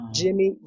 jimmy